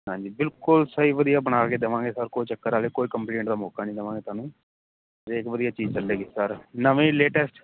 ਹਾਂਜੀ ਬਿਲਕੁਲ ਸਹੀ ਵਧੀਆ ਬਣਾ ਕੇ ਦੇਵਾਂਗੇ ਸਰ ਕੋਈ ਚੱਕਰ ਆਲੇ ਕੋਈ ਕੰਪਲੇਂਟ ਦਾ ਮੌਕਾ ਨਹੀਂ ਦਵਾਂਗੇ ਤੁਹਾਨੂੰ ਅਤੇ ਵਧੀਆ ਚੀਜ਼ ਚੱਲੇਗੀ ਸਰ ਨਵੇਂ ਲੇਟੈਸਟ